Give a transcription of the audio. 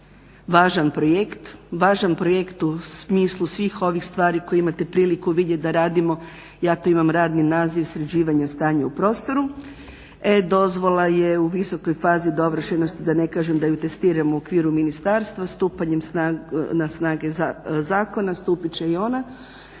važan projekt u smislu svih ovih stvari koje imate priliku vidjet da radimo. Ja to imam radni naziv-sređivanje stanja u prostoru. E-dozvola je u visokoj fazi dovršenosti, da ne kažem da ju testiramo u okviru ministarstva, stupanjem na snagu zakona stupit će i ona